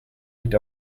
liegt